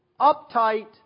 uptight